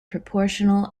proportional